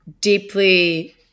deeply